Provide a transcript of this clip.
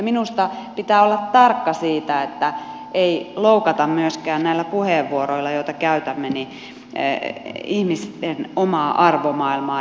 minusta pitää olla tarkka siitä että ei loukata myöskään näillä puheenvuoroilla joita käytämme ihmisten omaa arvomaailmaa